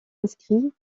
inscrits